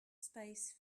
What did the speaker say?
space